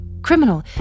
Criminal